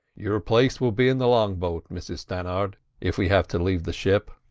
your place will be in the long-boat, mrs stannard, if we have to leave the ship.